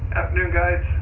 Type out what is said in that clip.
afternoon guys,